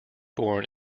born